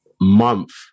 month